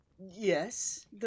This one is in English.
Yes